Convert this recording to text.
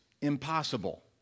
impossible